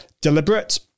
deliberate